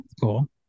cool